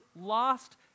lost